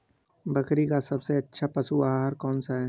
बकरी का सबसे अच्छा पशु आहार कौन सा है?